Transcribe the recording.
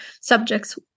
subjects